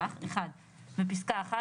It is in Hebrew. כך: (1)בפסקה (1),